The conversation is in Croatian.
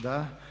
Da.